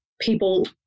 people